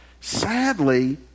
Sadly